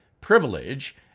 privilege